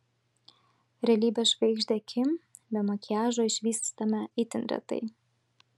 realybės žvaigždę kim be makiažo išvystame itin retai